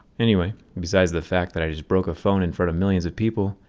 anyway, besides the fact that i just broke a phone in front of millions of people.